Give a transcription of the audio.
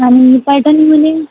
आणि पैठणीमध्ये